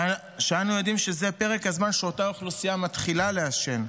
ואנו יודעים שזה פרק הזמן שבו אותה אוכלוסייה מתחילה לעשן.